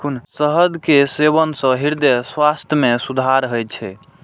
शहद के सेवन सं हृदय स्वास्थ्य मे सुधार होइ छै